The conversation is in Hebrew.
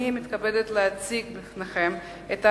אני מתכבדת להציג בפניכם, לקריאה